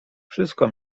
wszystko